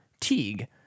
Teague